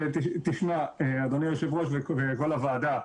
אדוני היושב ראש וכל הוועדה,